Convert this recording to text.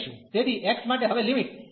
તેથી x માટે હવે લિમિટ a ¿b ની છે